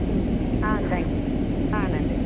ம் ஆ thank you ஆ நன்றி